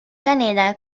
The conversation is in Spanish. canela